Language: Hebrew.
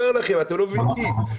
אנחנו יודעים שלא מעט פעמים,